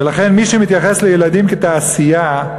ולכן מי שמתייחס לילדים כתעשייה,